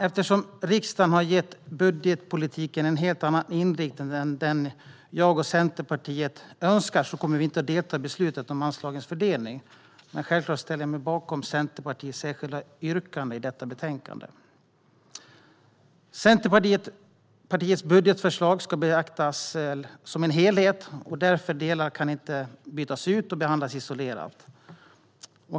Eftersom riksdagen har gett budgetpolitiken en helt annan inriktning än den jag och Centerpartiet önskar kommer vi inte att delta i beslutet om anslagens fördelning. Men självklart ställer jag mig bakom Centerpartiets särskilda yttrande i detta betänkande. Centerpartiets budgetförslag ska betraktas som en helhet där delar inte kan brytas ut och behandlas isolerat.